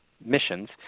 missions